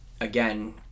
again